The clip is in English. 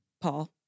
Paul